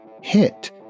hit